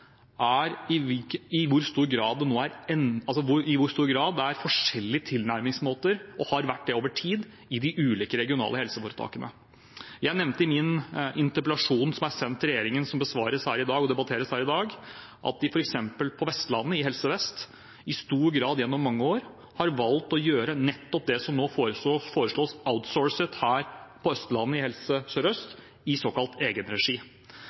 er i hvor stor grad det er forskjellige tilnærmingsmåter – og har vært det over tid – i de ulike regionale helseforetakene. Jeg nevnte i interpellasjonen som er sendt til regjeringen, og som besvares og debatteres her i dag, at man f.eks. på Vestlandet, i Helse Vest, gjennom mange år i stor grad har valgt å gjøre nettopp det som nå foreslås outsourcet her på Østlandet i Helse Sør-Øst, i såkalt egenregi.